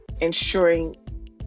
ensuring